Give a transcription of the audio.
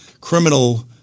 criminal